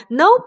no